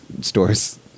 stores